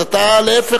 אז אתה להיפך,